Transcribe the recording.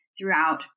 throughout